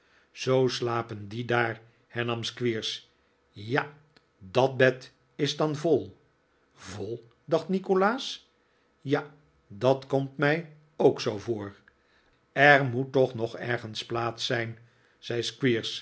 zoo slapen die daar hernam squeers ja dat bed is dan vol vol dacht nikolaas ja dat komt mij ook zoo voor er moet toch nog ergens plaats zijn zei